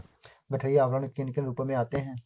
गठरी आवरण किन किन रूपों में आते हैं?